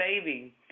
baby